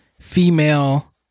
female